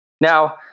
Now